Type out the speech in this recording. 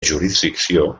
jurisdicció